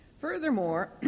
Furthermore